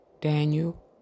Daniel